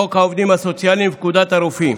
חוק העובדים הסוציאליים ופקודת הרופאים.